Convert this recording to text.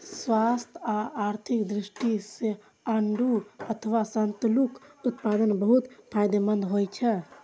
स्वास्थ्य आ आर्थिक दृष्टि सं आड़ू अथवा सतालूक उत्पादन बहुत फायदेमंद होइ छै